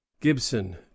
Gibson